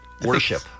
worship